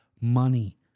money